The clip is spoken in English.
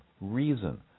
reason